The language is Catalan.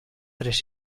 tres